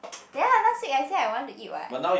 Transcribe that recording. ya last week I say I want to eat what